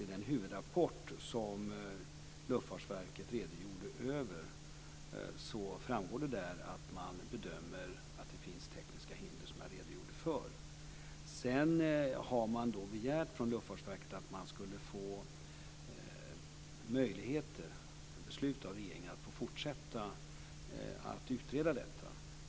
I den huvudrapport som Luftfartsverket lämnade framgår det att man bedömer att det finns tekniska hinder som jag redogjorde för. Sedan har Luftfartsverket begärt att regeringen ska besluta att man får fortsätta att utreda detta.